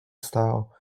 style